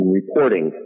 reporting